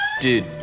Dude